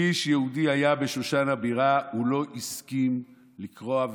"איש יהודי היה בשושן הבירה" הוא לא הסכים לכרוע,